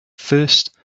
first